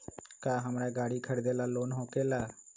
का हमरा गारी खरीदेला लोन होकेला?